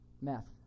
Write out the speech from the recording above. meth